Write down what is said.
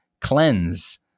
cleanse